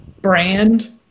brand